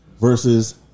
versus